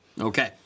Okay